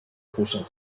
puça